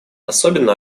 особенно